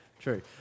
True